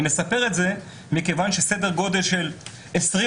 אני מספר את זה מכיוון שסדר גודל של 20%